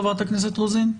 חברת הכנסת רוזין?